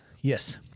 Yes